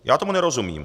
Já tomu nerozumím.